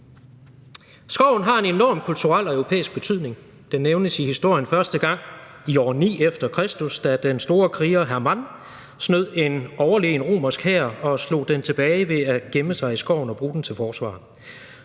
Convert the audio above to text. Skoven har en enorm kulturel europæisk betydning. Den nævnes i historien første gang i år 9 efter Kristus, da den store kriger Hermann snød en overlegen romersk hær og slog den tilbage ved at gemme sig i skoven og bruge den til forsvar.